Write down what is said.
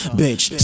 bitch